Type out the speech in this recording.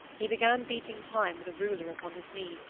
he began beating time with a ruler upon his knee,